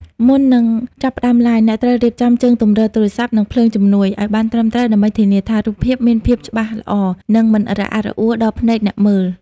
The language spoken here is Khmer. មុននឹងចាប់ផ្ដើមឡាយ អ្នកត្រូវរៀបចំ ជើងទម្រទូរស័ព្ទ និងភ្លើងជំនួយ ឱ្យបានត្រឹមត្រូវ ដើម្បីធានាថា រូបភាពមានភាពច្បាស់ល្អ និងមិនរអាក់រអួលដល់ភ្នែកអ្នកមើល។